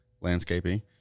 landscaping